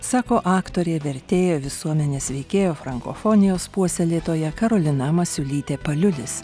sako aktorė vertėja visuomenės veikėja frankofonijos puoselėtoja karolina masiulytė paliulis